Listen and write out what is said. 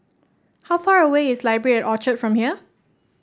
how far away is Library at Orchard from here